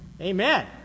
Amen